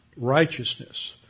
righteousness